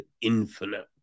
Infinite